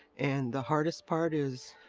and the hardest part is,